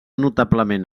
notablement